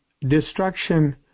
destruction